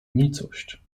nicość